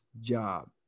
job